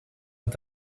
dat